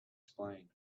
explain